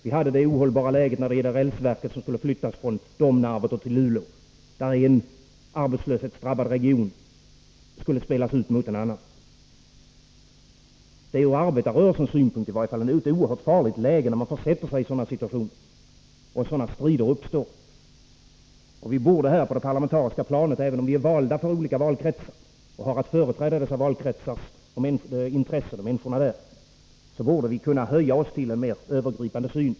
Detsamma var fallet när rälsverket skulle flyttas från Domnarvet till Luleå. En arbetslöshetsdrabbad region skulle spelas ut mot en annan. Från arbetarrörelsens synpunkt är det oerhört farligt att försätta sig i en sådan situation att dylika strider uppkommer. Även om vi är valda för olika valkretsar och har att företräda människorna där, borde vi här på det parlamentariska planet kunna höja oss till en övergripande syn.